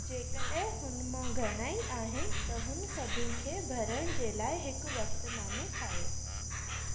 जेकॾहिं हुनमां घणा ई आहिनि त हुन सभिनि खे भरण जे लाइ हिकु वक़्तुनामो ठाहियो